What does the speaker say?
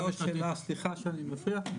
סליחה שאני מפריע,